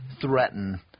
threaten